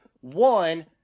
One